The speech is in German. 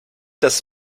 das